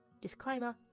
Disclaimer